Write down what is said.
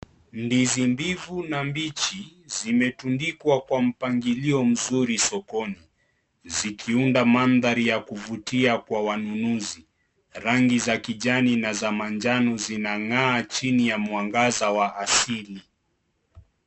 Ndizi mbivu na mbichi zimetundikwa kwa mpangilio mzuri sokoni ,zikiunda mandhari ya kuvutia kwa wanunuzi, rangi za kijani na za manjano zinangaa chini ya mwangaza wa asili.